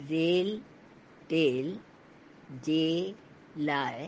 rail tell जे लाइ